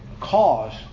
cause